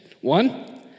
One